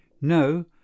No